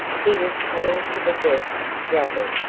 he was coming to the death struggle,